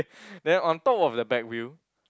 then on top of the back wheel